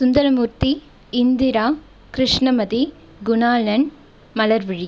Sundaramurthy Indira Krishnamathi Gunalan Malarvizhi